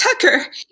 Tucker